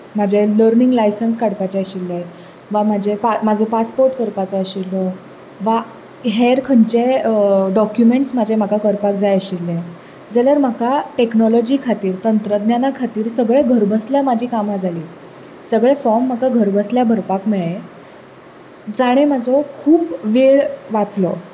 म्हाजें learning licence काडपाचे आशिल्लें वा म्हाजें म्हाजो पासपोर्ट करपाचो आशिल्लो वा हेर खंयचेय डोक्युमेंट्स म्हाजें म्हाका करपाक जाय आशिल्ले जाल्यार म्हाका टॅक्नोलोजी खातीर तंत्रज्ञाना खातीर सगळें घर बसल्या म्हजी कामां जालीं सगळे फॉर्म म्हाका घर बसल्या भरपाक मेळ्ळे जाणें म्हजो खूब वेळ वाचलो